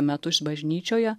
metus bažnyčioje